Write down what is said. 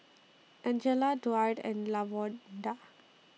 Angela Duard and Lavonda